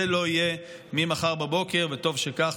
זה לא יהיה ממחר בבוקר, וטוב שכך.